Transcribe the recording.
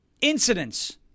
incidents